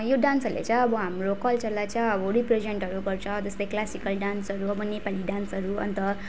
यो डान्सहरूले चाहिँ अब हाम्रो कल्चरलाई चाहिँ अब रिप्रेजेन्टहरू गर्छ जस्तै क्लासिकल डान्सहरू अब नेपाली डान्सहरू अन्त